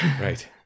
Right